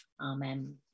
Amen